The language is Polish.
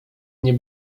nie